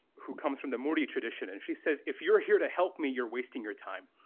who comes from the murri tradition. and she says, if you're here to help me, you're wasting your time.